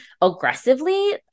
aggressively